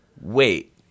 wait